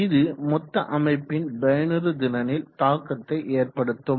இது மொத்த அமைப்பின் பயனுறுதிறனில் தாக்கத்தை ஏற்படுத்தும்